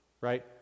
right